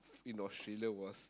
in Australia was